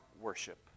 worship